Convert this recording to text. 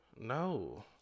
No